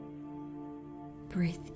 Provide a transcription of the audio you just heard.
Breathe